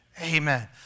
Amen